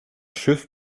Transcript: schiff